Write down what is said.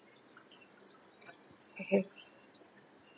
okay